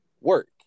work